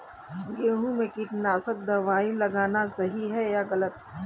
गेहूँ में कीटनाशक दबाई लगाना सही है या गलत?